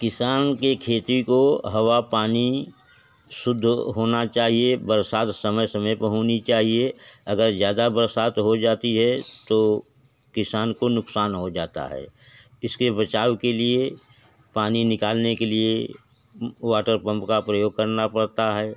किसान की खेती को हवा पानी शुद्ध होना चाहिए बरसात समय समय पर होनी चाहिए अगर ज़्यादा बरसात हो जाती है तो किसान को नुकसान हो जाता है इसके बचाव के लिए पानी निकालने के लिए वाटर पम्प का प्रयोग करना पड़ता है